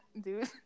dude